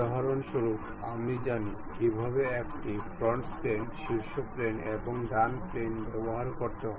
উদাহরণস্বরূপ আমরা জানি কিভাবে একটি ফ্রন্ট প্লেন শীর্ষ প্লেন এবং ডান প্লেন ব্যবহার করতে হয়